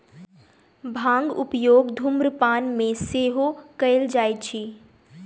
भांगक उपयोग धुम्रपान मे सेहो कयल जाइत अछि